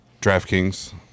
DraftKings